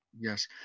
yes